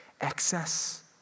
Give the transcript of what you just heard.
excess